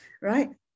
right